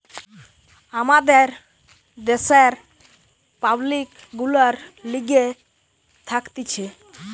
আমাদের দ্যাশের পাবলিক গুলার লিগে থাকতিছে